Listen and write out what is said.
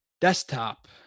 Desktop